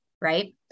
right